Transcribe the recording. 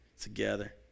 together